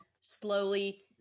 slowly